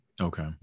Okay